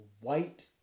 white